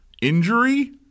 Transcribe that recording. injury